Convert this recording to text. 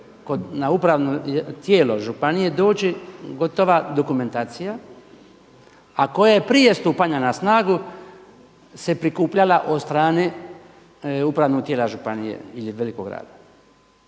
na upravno tijelo županije doći gotova dokumentacija, a koja je prija stupanja na snagu se prikupljala od strane upravnog tijela županije ili veliko grada.